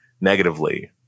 negatively